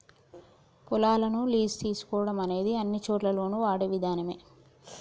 పొలాలను లీజు తీసుకోవడం అనేది అన్నిచోటుల్లోను వాడే విధానమే